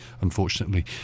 unfortunately